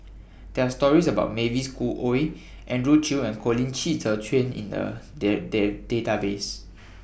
There Are stories about Mavis Khoo Oei Andrew Chew and Colin Qi Zhe Quan in A Deaf Deaf Database